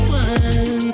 one